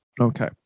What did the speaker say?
Okay